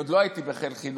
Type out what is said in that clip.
עוד לא הייתי אז בחיל החינוך,